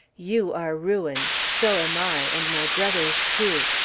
you are ruined so am i and my brothers, too!